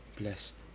blessed